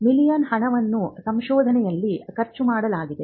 million ಹಣವನ್ನು ಸಂಶೋಧನೆಯಲ್ಲಿ ಖರ್ಚು ಮಾಡಲಾಗಿದೆ